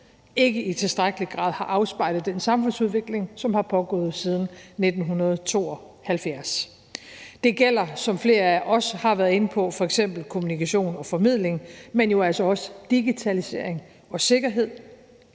ikke i tilstrækkelig grad har afspejlet den samfundsudvikling, som har pågået siden 1972. Det gælder, som flere af jer også har været inde på, f.eks. kommunikation og formidling, men jo altså også digitalisering og sikkerhed